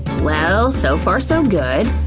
well, so far, so good.